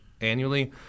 annually